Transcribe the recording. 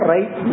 Right